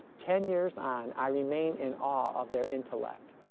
ten years on i remain in awe of their intellect,